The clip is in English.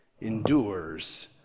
endures